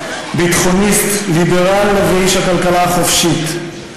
ביטחוניסט, ליברל ואיש הכלכלה החופשית.